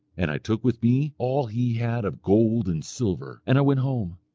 and i took with me all he had of gold and silver, and i went home,